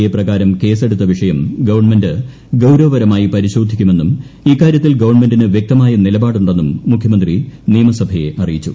A പ്രകാരം കേസെടുത്ത വിഷയം ഗവൺമെന്റ് ഗൌരവപരമായി പരിശോധിക്കുമെന്നും ഇക്കാര്യത്തിൽ ഗവൺമെന്റിന് വ്യക്തമായ നിലപാടുണ്ടെന്നും മുഖ്യമന്ത്രി നിയമസഭയെ അറിയിച്ചു